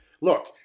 look